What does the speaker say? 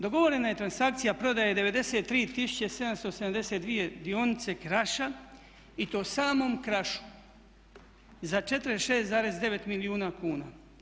Dogovorena je transakcija prodaje 93 tisuće 772 dionice Kraša i to samom Krašu za 46,9 milijuna kuna.